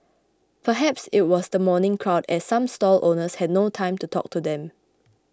perhaps it was the morning crowd as some stall owners had no time to talk to them